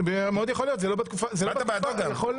היית בעדו גם.